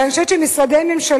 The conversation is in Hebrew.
אבל אני חושבת שמשרדי ממשלה,